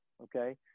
Okay